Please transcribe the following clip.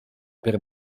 per